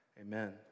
Amen